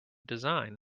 design